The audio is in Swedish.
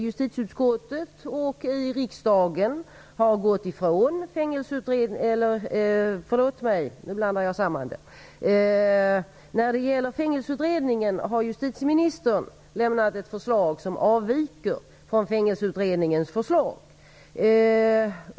Justitieministern har lämnat ett förslag som avviker från Fängelseutredningens förslag.